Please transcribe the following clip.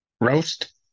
Roast